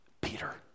Peter